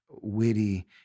witty